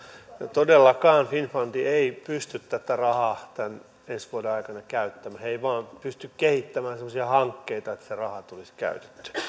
todellakaan finnfund ei pysty tätä rahaa ensi vuoden aikana käyttämään he eivät vain pysty kehittämään semmoisia hankkeita että se raha tulisi käytettyä